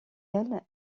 elle